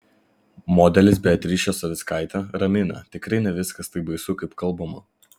modelis beatričė savickaitė ramina tikrai ne viskas taip baisu kaip kalbama